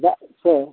ᱪᱮᱫᱟᱜ ᱥᱮ